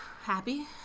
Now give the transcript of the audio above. Happy